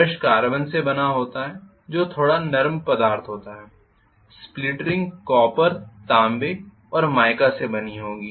brush carbon से बना होते है जो थोड़ा नरम पदार्थ होता है स्प्लिट रिंग कॉपर तांबे और माइका से बनी होगी